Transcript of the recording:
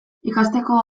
ikasteko